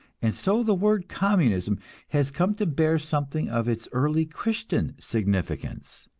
and so the word communism has come to bear something of its early christian significance.